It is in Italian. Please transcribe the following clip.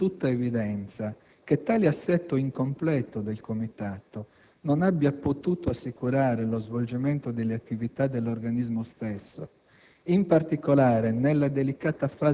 Pertanto, risulta di tutta evidenza che tale assetto incompleto del Comitato non abbia potuto assicurare lo svolgimento delle attività dell'organismo stesso,